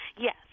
Yes